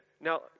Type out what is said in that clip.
Now